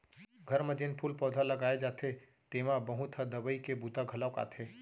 घर म जेन फूल पउधा लगाए जाथे तेमा बहुत ह दवई के बूता घलौ आथे